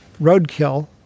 roadkill